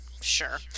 sure